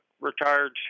retired